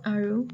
আৰু